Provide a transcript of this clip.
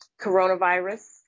coronavirus